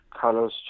Carlos